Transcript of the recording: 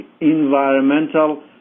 environmental